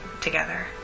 together